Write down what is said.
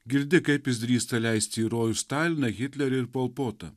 girdi kaip jis drįsta leisti į rojų staliną hitlerį ir palpotą